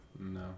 No